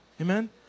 Amen